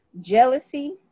Jealousy